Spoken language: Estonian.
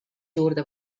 juurde